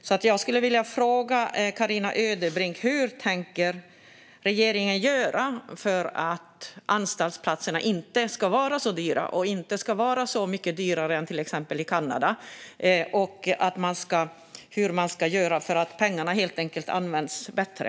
Jag skulle därför vilja fråga Carina Ödebrink hur regeringen tänker göra för att anstaltsplatserna inte ska vara så dyra och så mycket dyrare än i till exempel Kanada. Hur ska man göra för att pengarna helt enkelt ska användas bättre?